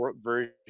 version